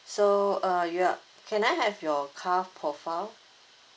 so uh you're can I have your car profile